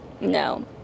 No